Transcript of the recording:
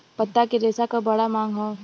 पत्ता के रेशा क बड़ा मांग हौ